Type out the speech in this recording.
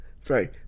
Sorry